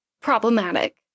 problematic